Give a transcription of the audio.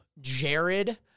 Jared